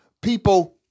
people